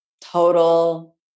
Total